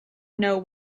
know